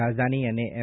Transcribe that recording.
રાજધાની અને એફ